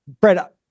Brett